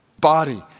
body